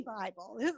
bible